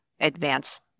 advance